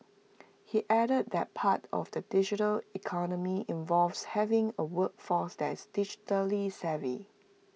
he added that part of the digital economy involves having A workforce that is digitally savvy